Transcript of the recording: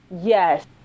yes